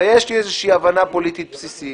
ויש לי איזושהי הבנה פוליטית בסיסית